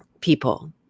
people